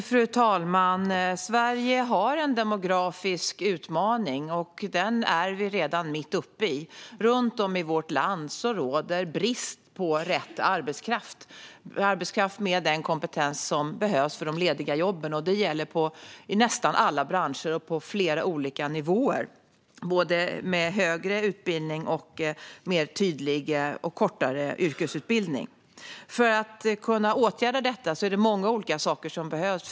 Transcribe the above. Fru talman! Sverige har en demografisk utmaning, och den är vi redan mitt uppe i. Runt om i vårt land råder brist på rätt arbetskraft, alltså arbetskraft med den kompetens som behövs för de lediga jobben. Det gäller i nästan alla branscher och på flera olika nivåer. Det gäller både människor med högre utbildning och människor med kortare yrkesutbildning. För att kunna åtgärda detta är det många olika saker som behövs.